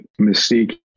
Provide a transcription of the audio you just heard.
Mystique